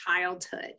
childhood